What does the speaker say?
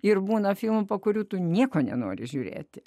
ir būna filmų po kurių tu nieko nenori žiūrėti